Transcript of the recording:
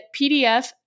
PDF